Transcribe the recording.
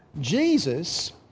Jesus